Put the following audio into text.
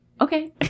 okay